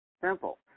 Simple